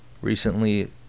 recently